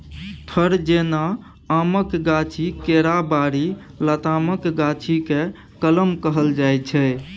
फर जेना आमक गाछी, केराबारी, लतामक गाछी केँ कलम कहल जाइ छै